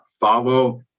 follow